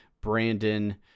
Brandon